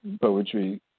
poetry